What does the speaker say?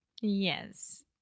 Yes